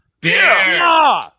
Beer